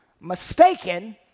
mistaken